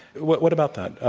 what what about that?